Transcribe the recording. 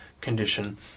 condition